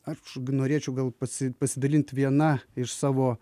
aš norėčiau gal pasi pasidalint viena iš savo